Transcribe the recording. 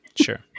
Sure